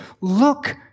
look